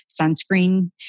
sunscreen